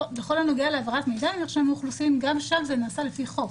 בכל הנוגע להעברת מידע ממרשם האוכלוסין גם שם זה נעשה לפי חוק.